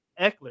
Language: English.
eckler